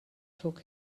took